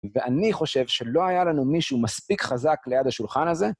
ואני חושב שלא היה לנו מישהו מספיק חזק ליד השולחן הזה.